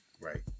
Right